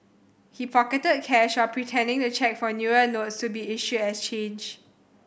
he pocketed cash while pretending to check for newer notes to be issued as change